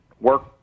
work